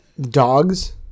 Dogs